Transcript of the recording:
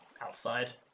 outside